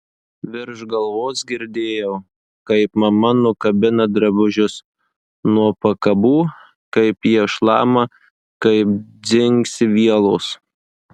virš galvos girdėjau kaip mama nukabina drabužius nuo pakabų kaip jie šlama kaip dzingsi vielos